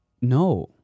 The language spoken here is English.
no